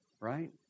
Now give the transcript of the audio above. right